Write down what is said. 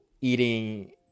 eating